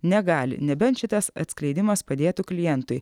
negali nebent šitas atskleidimas padėtų klientui